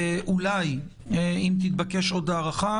אולי אם תתבקש עוד הארכה.